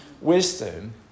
wisdom